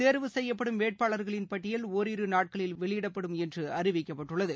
தேர்வு சு செய்யப்படும் வேட்பாளர்களின் பட்டியல் ஒரிரு நாட்களில் வெளியிடப்படும் என்று அறிவிக்கப்பட்டுள்ளது